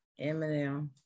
Eminem